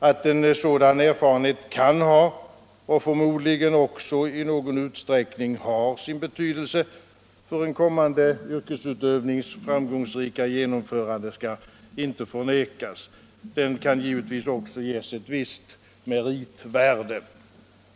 Att en sådan erfarenhet kan ha, och förmodligen också i någon utsträckning har, sin betydelse för en kommande yrkesutövnings framgångsrika genomförande skall inte förnekas. Den kan givetvis också ges ett visst meritvärde.